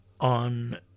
on